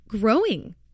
growing